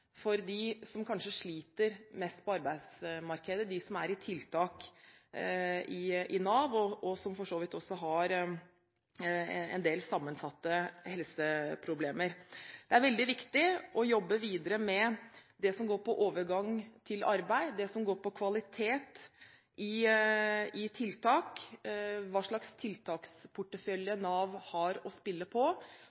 for dem som kanskje sliter mest på arbeidsmarkedet, de som er på tiltak i Nav, og som for så vidt også har en del sammensatte helseproblemer. Det er veldig viktig å jobbe videre med det som går på overgang til arbeid, det som går på kvalitet i tiltak, og hva slags tiltaksportefølje